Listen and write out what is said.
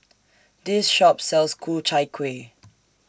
This Shop sells Ku Chai Kueh